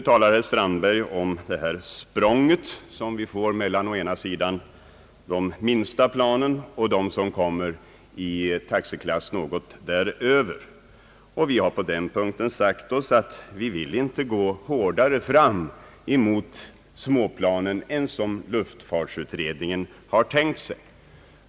Herr Strandberg talar här om det språng som uppstår mellan å ena sidan avgifterna för de minsta planen och å andra sidan avgifterna för de plan som tillhör taxeklassen däröver. Vi har på den punkten sagt oss att vi inte vill gå hårdare fram mot de små planen än vad luftfartsutredningen har tänkt sig.